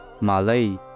Malay